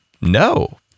no